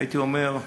הייתי אומר.